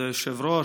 כבוד היושב-ראש,